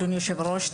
אדוני היושב-ראש,